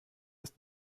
ist